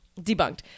debunked